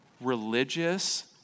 religious